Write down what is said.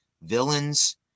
villains